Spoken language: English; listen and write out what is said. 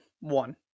one